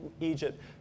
Egypt